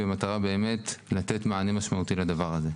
במטרה לתת מענה משמעותי לדבר הזה.